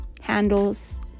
handles